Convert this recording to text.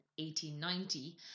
1890